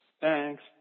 Thanks